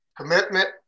Commitment